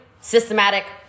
systematic